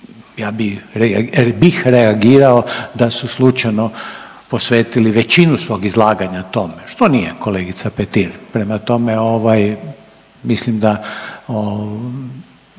bi, bih reagirao da su slučajno posvetili većinu svog izlaganja tome što nije kolegica Petir. Prema tome ovaj mislim da